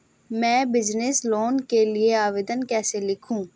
मैं business loan के लिए आवेदन कैसे लिखूँ?